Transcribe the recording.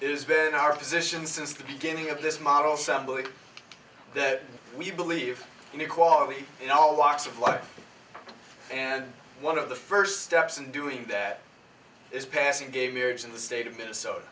has been our position since the beginning of this model somebody that we believe in equality in all walks of life and one of the first steps in doing that is passing gave marriage in the state of minnesota